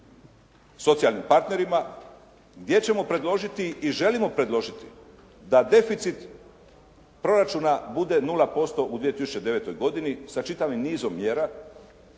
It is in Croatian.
socijalnim partnerima, gdje ćemo predložiti i želimo predložiti da deficit proračuna bude 0% u 2009. godini sa čitavim nizom mjera.